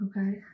Okay